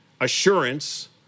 assurance